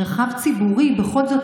מרחב ציבורי בכל זאת,